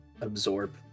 absorb